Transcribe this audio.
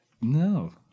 No